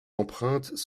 empreintes